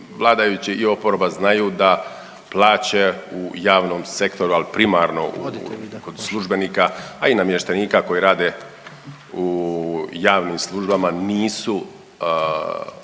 i oporba znaju da plaće u javnom sektoru, al primarno kod službenika, a i namještenika koji rade u javnim službama nisu